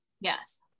Yes